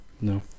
No